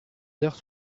d’heure